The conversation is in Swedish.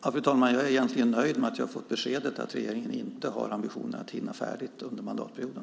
Fru talman! Jag är egentligen nöjd med att jag har fått beskedet att regeringen inte har ambitionen att hinna färdigt under mandatperioden.